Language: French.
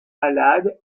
malade